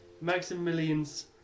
Maximilian's